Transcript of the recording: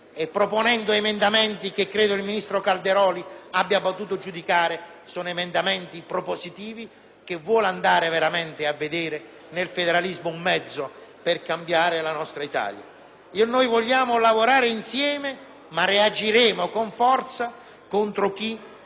chi vuole veramente vedere nel federalismo un mezzo per cambiare la nostra Italia. Vogliamo lavorare insieme, ma reagiremo con forza contro chi vuole farci diventare una forza da escludere. Ci siamo,